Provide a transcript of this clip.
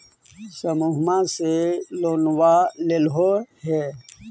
समुहवा से लोनवा लेलहो हे?